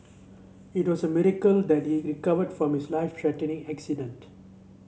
it was a miracle that he recovered from his life threatening accident